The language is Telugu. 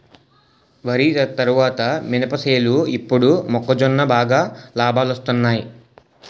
వరి తరువాత మినప సేలు ఇప్పుడు మొక్కజొన్న బాగా లాబాలొస్తున్నయ్